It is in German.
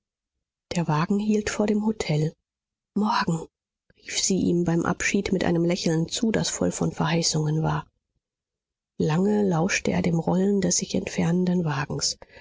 der wagen hielt vor dem hotel morgen rief sie ihm beim abschied mit einem lächeln zu das voll von verheißungen war lange lauschte er dem rollen des sich entfernenden wagens